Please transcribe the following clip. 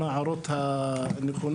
עם ההערות הנכונות.